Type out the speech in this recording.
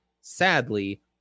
sadly